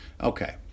Okay